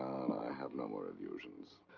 and i have no more illusions.